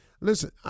Listen